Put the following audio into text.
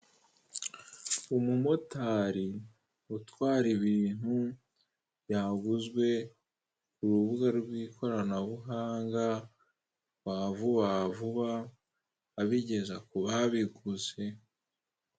Umumotari utwara ibintu byaguzwe, urubuga rw'ikoranabuhanga rwa Vuba Vuba, abigeza ku babiguze.